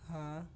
ਹਾਂ